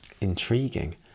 Intriguing